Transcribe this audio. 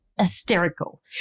hysterical